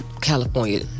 California